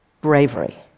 bravery